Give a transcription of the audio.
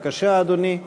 בבקשה, אדוני.